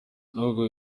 n’ubwo